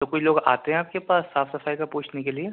تو کچھ لوگ آتے ہیں آپ کے پاس صاف صفائی کا پوچھنے کے لیے